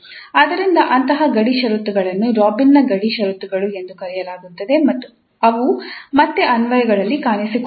ಆದ್ದರಿಂದ ಅಂತಹ ಗಡಿ ಷರತ್ತುಗಳನ್ನು ರಾಬಿನ್ನ ಗಡಿ ಷರತ್ತುಗಳು Robins boundary conditions ಎಂದು ಕರೆಯಲಾಗುತ್ತದೆ ಮತ್ತು ಅವು ಮತ್ತೆ ಅನ್ವಯಗಳಲ್ಲಿ ಕಾಣಿಸಿಕೊಳ್ಳುತ್ತವೆ